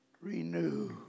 Renew